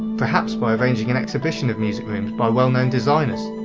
perhaps by arranging an exhibition of music rooms by well-known designers,